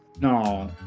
No